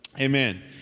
Amen